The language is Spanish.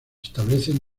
establecen